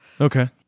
okay